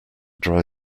dry